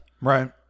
Right